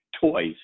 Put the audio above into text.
toys